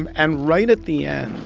and and right at the end.